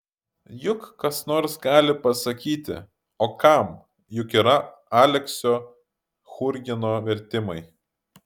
juk kas nors gali pasakyti o kam juk yra aleksio churgino vertimai